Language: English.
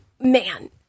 Man